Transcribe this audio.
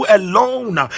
alone